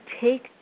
take